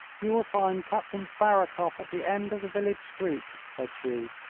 you will find captain barakoff at the end of the village street, said she.